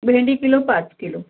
भेंडी किलो पाच किलो